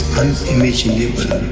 unimaginable